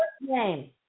name